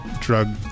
Drug